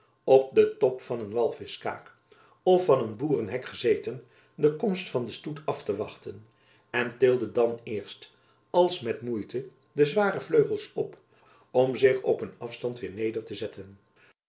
op den top van een walvischkaak of van een boerehek gezeten de komst van den stoet af te wachten en tilde dan eerst als met moeite de zware vleugels op om zich op een afstand weêr neder te zetten